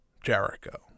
Jericho